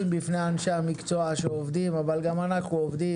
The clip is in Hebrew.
בפני אנשי המקצוע שעובדים אבל גם אנחנו עובדים.